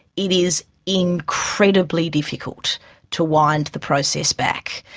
it is incredibly difficult to wind the process back.